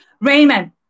Raymond